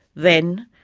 then,